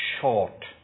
short